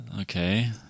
Okay